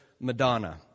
Madonna